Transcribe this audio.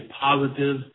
positive